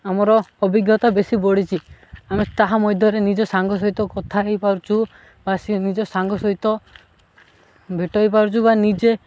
ଆମର ଅଭିଜ୍ଞତା ବେଶୀ ବଢ଼ିଛି ଆମେ ତାହା ମଧ୍ୟରେ ନିଜ ସାଙ୍ଗ ସହିତ କଥା ହୋଇପାରୁଛୁ ବା ସି ନିଜ ସାଙ୍ଗ ସହିତ ଭେଟ ହେଇ ପାରୁଛୁ ବା ନିଜେ